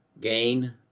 gain